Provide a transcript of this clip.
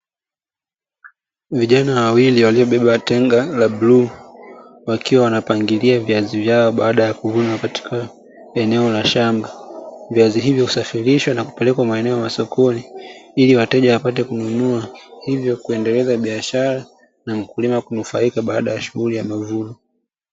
Vijana wawili waliobeba tenga la bluu, wakiwa wanapangilia viazi vyao baada ya kuvuna katika eneo la shamba Viazi hivyo husafirishwa na kupelekwa maeneo ya masokoni ili wateja wapate kununua, hivyo kuendeleza biashara na mkulima kunufaika baada ya shughuli ya mavuno.